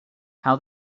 how